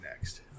Next